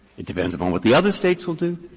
it depends upon what the other states will do.